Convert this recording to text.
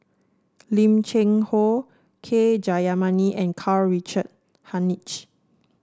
Lim Cheng Hoe K Jayamani and Karl Richard Hanitsch